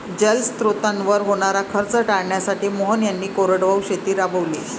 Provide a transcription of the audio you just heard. जलस्रोतांवर होणारा खर्च टाळण्यासाठी मोहन यांनी कोरडवाहू शेती राबवली